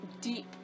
deep